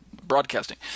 Broadcasting